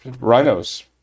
rhinos